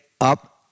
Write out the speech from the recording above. up